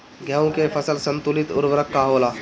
गेहूं के फसल संतुलित उर्वरक का होला?